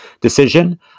decision